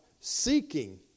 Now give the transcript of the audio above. seeking